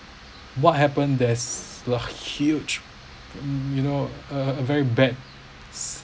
what happen there's a huge you know a a very bad